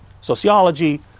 sociology